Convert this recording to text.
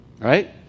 Right